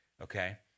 okay